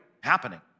Happening